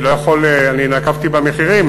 נקבתי במחירים,